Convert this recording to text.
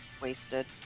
wasted